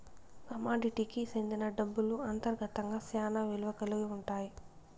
కమోడిటీకి సెందిన డబ్బులు అంతర్గతంగా శ్యానా విలువ కల్గి ఉంటాయి